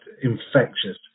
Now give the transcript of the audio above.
infectious